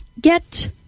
get